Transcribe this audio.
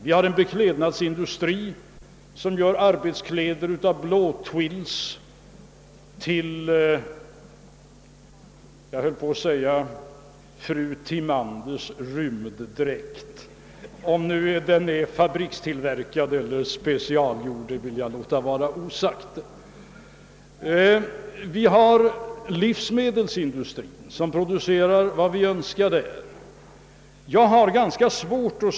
Vi har en beklädnadsindustri, som gör allt från ar betskläder av blåtwills till — höll jag på att säga — fru Timanders rymddräkt; om den är fabrikstillverkad eller specialgjord vill jag dock låta vara osagt. Vi har också en livsmedelsindustri, som producerar vad vi önskar på det området.